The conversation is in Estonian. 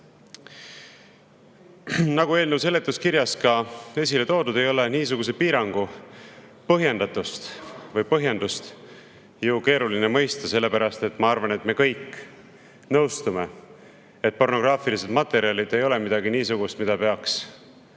Nagu eelnõu seletuskirjas on ka esile toodud, niisuguse piirangu põhjendust ei ole ju keeruline mõista. Ma arvan, et me kõik nõustume, et pornograafilised materjalid ei ole midagi niisugust, mida peaks